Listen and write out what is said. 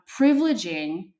privileging